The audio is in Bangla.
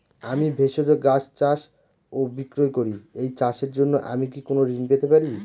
আমি ভেষজ গাছ চাষ ও বিক্রয় করি এই চাষের জন্য আমি কি কোন ঋণ পেতে পারি?